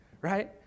Right